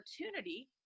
opportunity